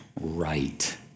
right